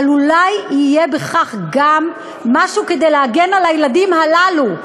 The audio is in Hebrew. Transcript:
אבל אולי יהיה בכך גם משהו כדי להגן על הילדים הללו,